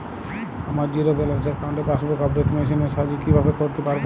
আমার zero balance অ্যাকাউন্টে passbook update machine এর সাহায্যে কীভাবে করতে পারব?